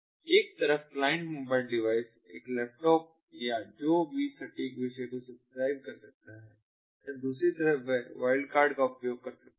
तो एक तरफ क्लाइंट मोबाइल डिवाइस एक लैपटॉप या जो भी सटीक विषय को सब्सक्राइब कर सकता है या दूसरी तरफ वह वाइल्डकार्ड का उपयोग कर सकता है